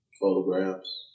photographs